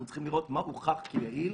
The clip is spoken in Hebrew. אנחנו צריכים לראות מה הוכח כיעיל.